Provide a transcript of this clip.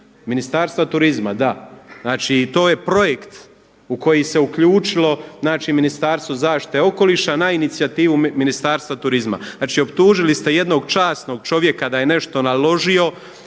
Ministarstva turizma, da. Znači to je projekt u koji se uključilo znači Ministarstvo zaštite okoliša na inicijativu Ministarstvu turizma. Znači optužili ste jednog časnog čovjeka da je nešto naložio.